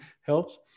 helps